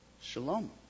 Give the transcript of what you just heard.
Shalom